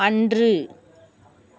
அன்று